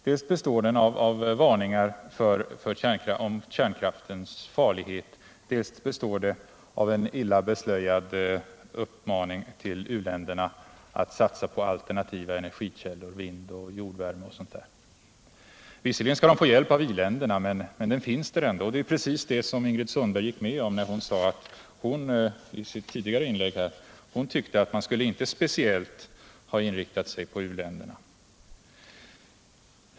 Dels består den av varningar för kärnkraftens farlighet, dels av en illa beslöjad uppmaning till u-länderna att satsa på alternativa energikällor — vind, jordvärme och sådant. Visserligen skall man få hjälp av iländerna, men uppmaningen finns där ändå. Det var precis det Ingrid Sundberg höll med om, när hon i sitt tidigare inlägg sade att man inte speciellt skulle ha inriktat sig på u-länderna.